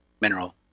mineral